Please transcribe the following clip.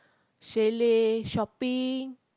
chalet shopping